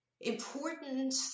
important